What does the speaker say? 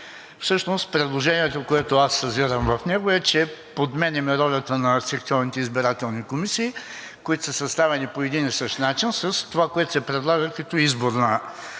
Всъщност предложението, което аз съзирам в него, е, че подменяме ролята на секционните избирателни комисии, които са съставени по един и същи начин, с това, което се предлага като